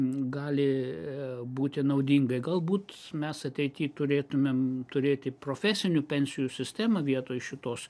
gali būti naudingai galbūt mes ateity turėtumėm turėti profesinių pensijų sistemą vietoj šitos